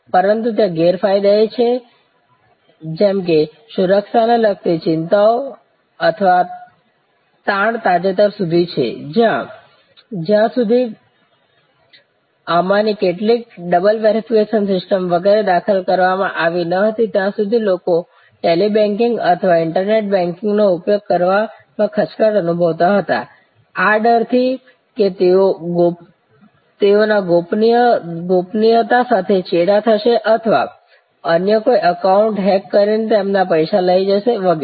પરંતુ ત્યાં ગેરફાયદા છે જેમ કે સુરક્ષાને લગતી ચિંતાઓ અને તાણ તાજેતર સુધી છે જ્યાં સુધી આમાંની કેટલીક ડબલ વેરિફિકેશન સિસ્ટમ્સ વગેરે દાખલ કરવામાં આવી ન હતી ત્યાં સુધી લોકો ટેલિ બેન્કિંગ અથવા ઇન્ટરનેટ બેન્કિંગનો ઉપયોગ કરવામાં ખચકાટ અનુભવતા હતા આ ડરથી કે તેઓ ગોપનીયત સાથે ચેડા થશે અથવા અન્ય કોઈ એકાઉન્ટ હેક કરીને તેમના પૈસા લઈ જઈશે વગેરે